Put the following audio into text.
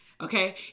okay